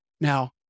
Now